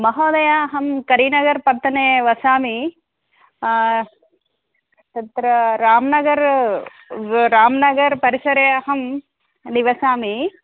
महोदय अहं करीनगर्पट्टे वसामि तत्र रामनगर रामनगरपरिसरे अहं निवसामि